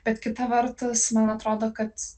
bet kita vertus man atrodo kad